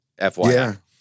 FYI